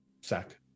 sack